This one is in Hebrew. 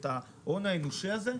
את ההון האנושי הזה,